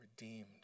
redeemed